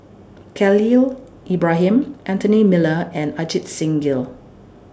Khalil Ibrahim Anthony Miller and Ajit Singh Gill